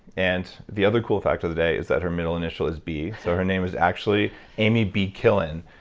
and the other cool fact for the day is that her middle initial is b, so her name is actually amy b. killen,